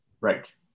Right